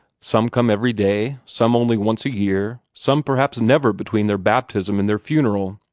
some come every day, some only once a year, some perhaps never between their baptism and their funeral.